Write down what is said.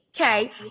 Okay